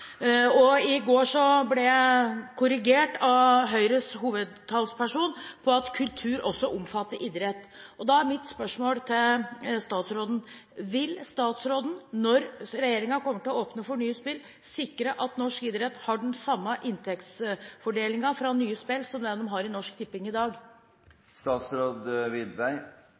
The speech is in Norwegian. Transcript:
spill. I går ble jeg korrigert av Høyres hovedtalsperson med at kultur også omfatter idrett. Da er mitt spørsmål til statsråden: Vil statsråden, når regjeringen åpner for nye spill, sikre at norsk idrett har den samme inntektsfordelingen fra nye spill som de har fra Norsk Tipping i